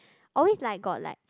always like got like